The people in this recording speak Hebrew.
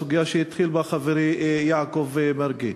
סוגיה שהתחיל בה חברי יעקב מרגי.